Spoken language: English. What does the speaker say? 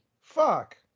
fuck